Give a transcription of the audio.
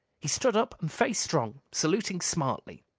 he stood up and faced strong, saluting smartly.